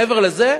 מעבר לזה,